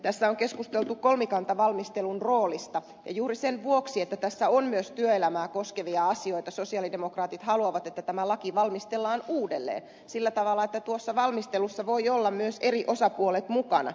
tässä on keskusteltu kolmikantavalmistelun roolista ja juuri sen vuoksi että tässä on myös työelämää koskevia asioita sosialidemokraatit haluavat että tämä laki valmistellaan uudelleen sillä tavalla että valmistelussa voivat olla myös eri osapuolet mukana